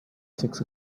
six